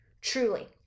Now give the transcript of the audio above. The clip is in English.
Truly